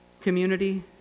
community